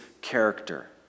character